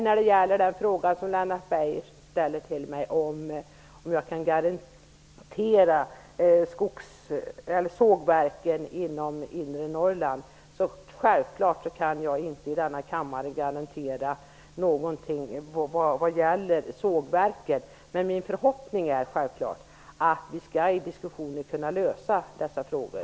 Lennart Beijer frågar mig om jag kan lämna garantier vad gäller sågverken i inre Norrland. Självfallet kan jag inte i denna kammare garantera någonting vad gäller sågverken. Men min förhoppning är självfallet att vi i diskussioner skall kunna komma till rätta med dessa frågor.